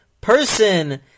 person